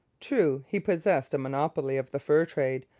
true, he possessed a monopoly of the fur trade,